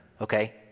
okay